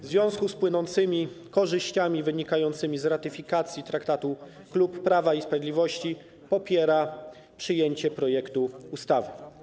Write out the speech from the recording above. W związku z płynącymi korzyściami wynikającymi z ratyfikacji traktatu Klub Prawa i Sprawiedliwości popiera przyjęcie projektu ustawy.